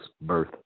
birth